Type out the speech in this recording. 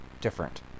different